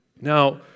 Now